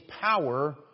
power